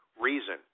reason